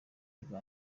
rwa